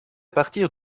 partir